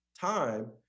time